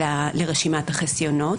לרשימת החסיונות,